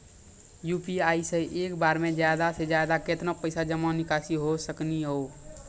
UPI से एक बार मे ज्यादा से ज्यादा केतना पैसा जमा निकासी हो सकनी हो?